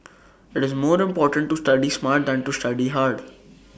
IT is more important to study smart than to study hard